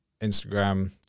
Instagram